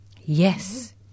yes